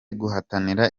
guhatanira